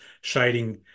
shading